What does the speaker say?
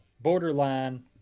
borderline